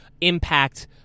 impact